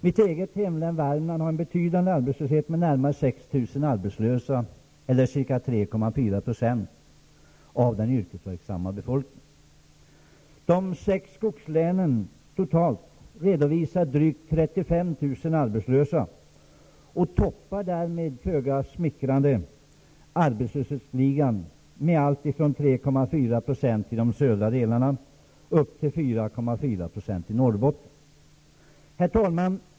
Mitt eget hemlän, Värmland, har en betydande arbetslöshet med närmare 6 000 arbetslösa, eller arbetslösa och toppar därmed den föga smickrande arbetslöshetsligan med allt ifrån 3,4 % i de södra delarna upp till 4,4 % i Norrbotten. Herr talman!